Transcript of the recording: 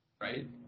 Right